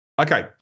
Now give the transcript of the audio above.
Okay